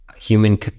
human